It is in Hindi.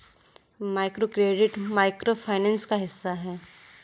माइक्रोक्रेडिट माइक्रो फाइनेंस का हिस्सा है